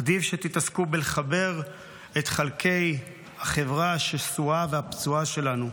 עדיף שתתעסקו בלחבר את חלקי החברה השסועה והפצועה שלנו.